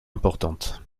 importante